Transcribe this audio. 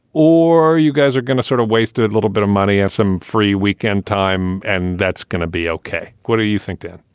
or you guys are going to sort of wasted a little bit of money and some free weekend time and that's going to be ok. what do you think then?